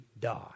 die